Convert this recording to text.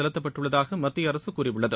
செலுத்தப்பட்டுள்ளதாக மத்திய அரசு கூறியுள்ளது